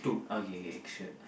okay okay sure